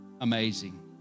amazing